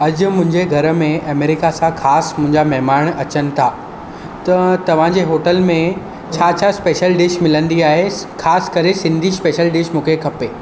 अजु मुंहिंजे घर में अमेरिका सां खास मुंजा महिमान अचनि था त तव्हांजे होटल में छा छा स्पेशल डिश मिलंदी आहे ख़ासि करे सिंधी स्पेशल डिश मूंखे खपे